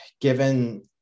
given